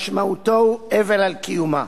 שמשמעותו הוא אבל על קיומה.